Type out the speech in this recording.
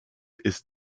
ist